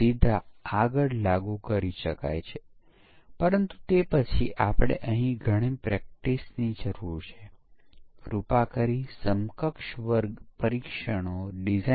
આપણે આ સ્લોટ માટે સમય થી વધુ સમય લઈ રહ્યા છીયે આપણે આગળ આ પેસ્ટિસાઇડ અસર જોવાનું ચાલુ રાખીશું